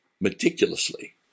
meticulously